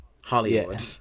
Hollywood